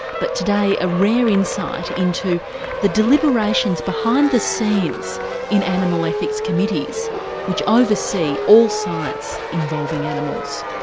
but today a rare insight into the deliberations behind the scenes in animal ethics committees which oversee all science involving animals.